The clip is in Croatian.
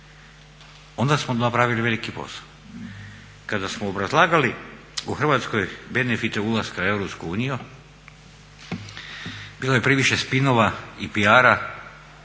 onda smo napravili veliki posao. Kada smo obrazlagali u Hrvatskoj benefite ulaska u EU, bilo je previše spinova i PR-a